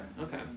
Okay